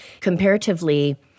comparatively